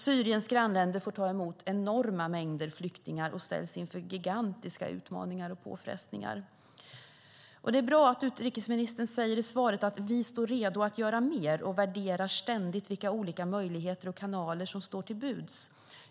Syriens grannländer får ta emot enorma mängder flyktingar och ställs inför gigantiska utmaningar och påfrestningar. Det är bra att utrikesministern i svaret säger: "Vi står redo att göra mer och värderar ständigt vilka olika möjligheter och kanaler som står till buds."